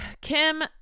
Kim